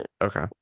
Okay